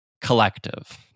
collective